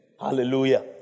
Hallelujah